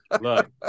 look